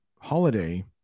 holiday